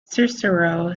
cicero